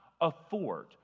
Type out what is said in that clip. afford